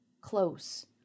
close